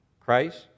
Christ